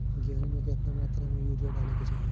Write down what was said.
गेहूँ में केतना मात्रा में यूरिया डाले के चाही?